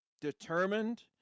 determined